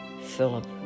Philip